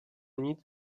nic